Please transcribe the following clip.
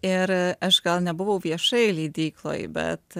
ir aš gal nebuvau viešai leidykloj bet